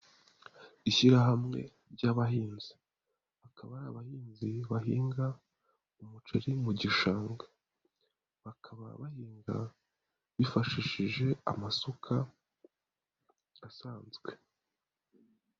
Ishyirahamwe ry'abahinzi, akaba ari abahinzi bahinga umuceri mu gishanga, bakaba bahinga bifashishije amasuka asanzwe.